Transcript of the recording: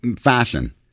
fashion